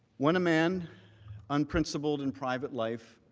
when a man unprincipled and private life